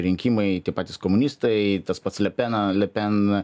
rinkimai tie patys komunistai tas pats le pena le pen